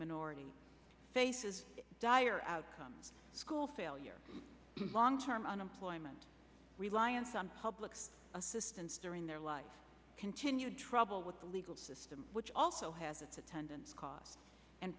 or faces dire outcomes school failure long term unemployment reliance on public assistance during their life continued trouble with the legal system which also has its attendant costs and